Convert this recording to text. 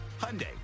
hyundai